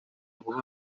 buba